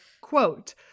quote